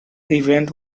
event